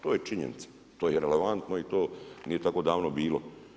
To je činjenica, to je i relevantno i to nije tako davno bilo.